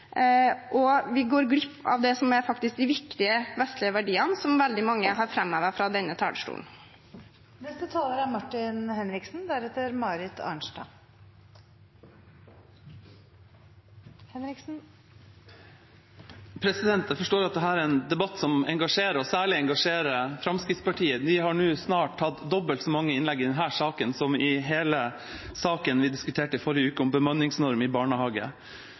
og vi går glipp av viktige vestlige verdier, noe veldig mange har framhevet fra denne talerstolen. Jeg forstår at dette er en debatt som engasjerer, og særlig at det engasjerer Fremskrittspartiet. Nå har de snart hatt dobbelt så mange innlegg i denne saken som i hele saken vi diskuterte i forrige uke om bemanningsnorm i barnehage.